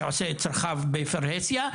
שעושה את צרכיו בפרהסיה,